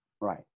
Right